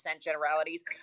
generalities